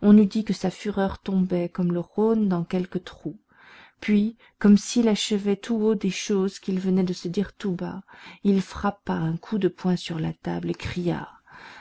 on eût dit que sa fureur tombait comme le rhône dans quelque trou puis comme s'il achevait tout haut des choses qu'il venait de se dire tout bas il frappa un coup de poing sur la table et cria